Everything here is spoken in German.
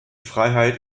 freiheit